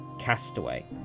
Castaway